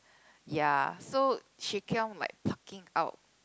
ya so she keep on like plucking out